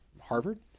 Harvard